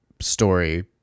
story